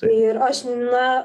ir aš na